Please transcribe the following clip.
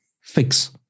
fix